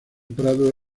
prado